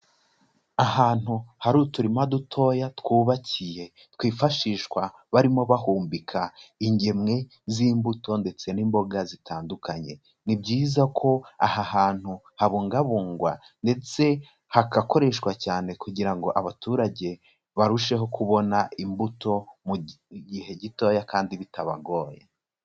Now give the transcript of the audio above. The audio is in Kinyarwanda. Ahantu hari uturima dutoya twubakiye twifashishwa barimo bahumbika ingemwe z'imbuto ndetse n'imboga zitandukanye. Ni byiza ko aha hantu habungabungwa ndetse hagakoreshwa cyane kugira ngo abaturage barusheho kubona imbuto, mu gihe gitoya kandi bitabagoye.